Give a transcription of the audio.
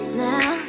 now